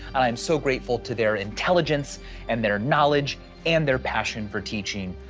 i'm so grateful to their intelligence and their knowledge and their passion for teaching.